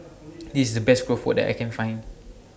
This IS The Best Keropok that I Can Find